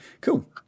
Cool